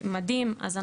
(ב) אין בהוראות סעיף קטן (א)